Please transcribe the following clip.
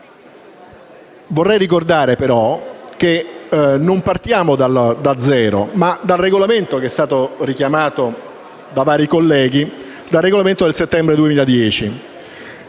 Vorrei ricordare, però, che partiamo non da zero, ma dal regolamento del settembre 2010,